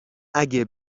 اگه